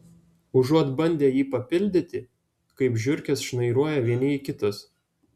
užuot bandę jį papildyti kaip žiurkės šnairuoja vieni į kitus